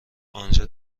آنجا